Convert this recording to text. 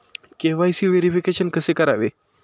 KYC verification कसे करावे?